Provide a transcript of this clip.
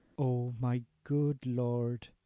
o my good lord,